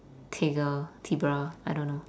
teger tebra I don't know